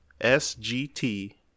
S-G-T